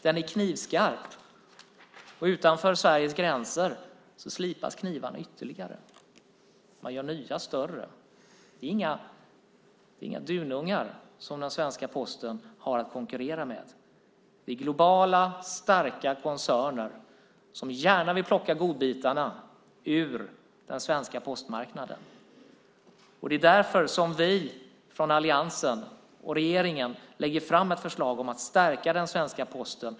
Den är knivskarp, och utanför Sveriges gränser slipas knivarna ytterligare. Man gör nya, större knivar. Det är inga dunungar som den svenska Posten har att konkurrera med. Det är globala, starka koncerner som gärna vill plocka godbitarna ur den svenska postmarknaden. Det är därför vi från alliansen och regeringen lägger fram ett förslag om att stärka den svenska Posten.